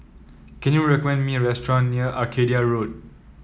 can you recommend me a restaurant near Arcadia Road